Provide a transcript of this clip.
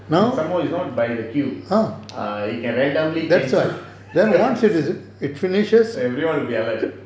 and some more it's not by the queue err it can randomly everyone will be alert